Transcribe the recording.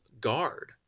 Guard